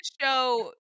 show